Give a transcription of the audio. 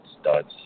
studs